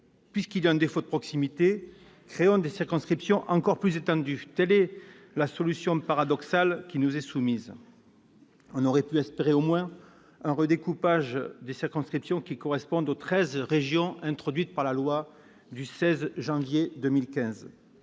Puisqu'il y a un défaut de proximité, créons une circonscription encore plus étendue : telle est la solution paradoxale qui nous est soumise ! On aurait pu espérer un redécoupage des circonscriptions correspondant aux treize régions instaurées par la loi du 16 janvier 2015